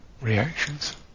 reactions